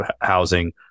housing